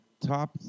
top